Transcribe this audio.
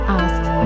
asked